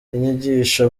inyigisho